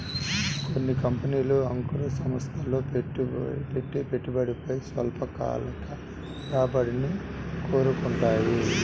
కొన్ని కంపెనీలు అంకుర సంస్థల్లో పెట్టే పెట్టుబడిపై స్వల్పకాలిక రాబడిని కోరుకుంటాయి